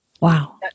Wow